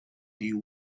day